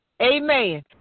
Amen